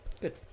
Good